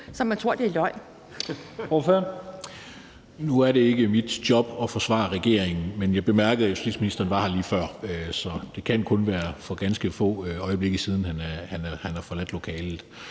Steffen Larsen (LA): Nu er det ikke mit job at forsvare regeringen, men jeg bemærkede, at justitsministeren var her lige før, så det kan kun være for ganske få øjeblikke siden, han har forladt lokalet